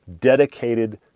dedicated